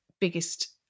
biggest